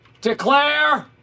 declare